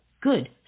good